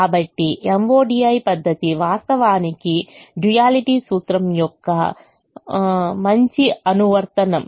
కాబట్టి మోడి పద్ధతి వాస్తవానికి డ్యూయలిటీ సూత్రం యొక్క మంచి అనువర్తనం